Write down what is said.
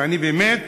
שאני באמת,